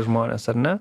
žmonės ar ne